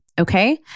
Okay